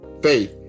Faith